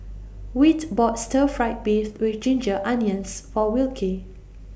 Whit bought Stir Fried Beef with Ginger Onions For Wilkie